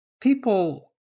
People